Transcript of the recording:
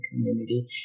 community